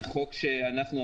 אנחנו,